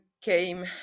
came